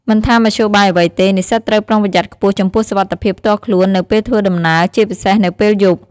មិនថាមធ្យោបាយអ្វីទេ និស្សិតត្រូវប្រុងប្រយ័ត្នខ្ពស់ចំពោះសុវត្ថិភាពផ្ទាល់ខ្លួននៅពេលធ្វើដំណើរ ជាពិសេសនៅពេលយប់។